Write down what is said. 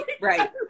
right